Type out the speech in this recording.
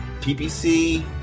PPC